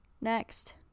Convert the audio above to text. next